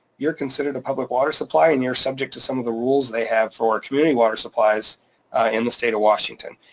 you're considered a public water supply and you're subject to some of the rules they have for community water supplies in the state of washington.